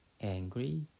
angry